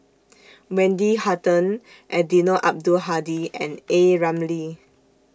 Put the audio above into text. Wendy Hutton Eddino Abdul Hadi and A Ramli